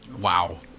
Wow